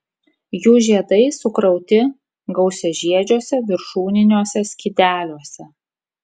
jų žiedai sukrauti gausiažiedžiuose viršūniniuose skydeliuose